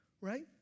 right